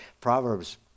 Proverbs